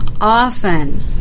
often